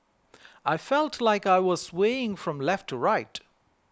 I felt like I was swaying from left to right